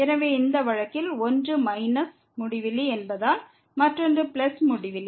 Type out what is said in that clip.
எனவே இந்த வழக்கில் ஒன்று மைனஸ் முடிவிலி என்பதால் மற்றொன்று பிளஸ் முடிவிலி